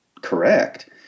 correct